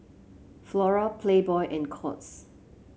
Flora Playboy and Courts